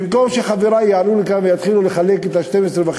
במקום שחברי יעלו לכאן ויתחילו לחלק את 12.5